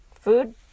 food